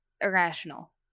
irrational